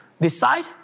Decide